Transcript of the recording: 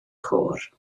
côr